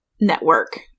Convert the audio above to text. network